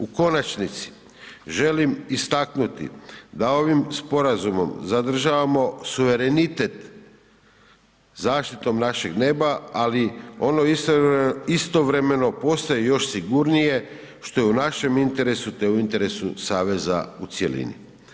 U konačnici želim istaknuti da ovim sporazumom zadržavamo suverenitet zaštitom našeg neba, ali ono istovremeno postaje još sigurnije što je u našem interesu te u interesu saveza u cjelini.